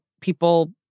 people